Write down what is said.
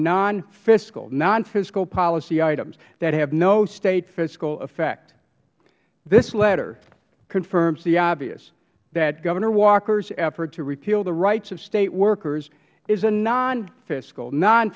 nonfiscal nonfiscal policy items that have no state fiscal effect this letter confirms the obvious that governor walkers effort to repeal the rights of state workers is a nonfiscal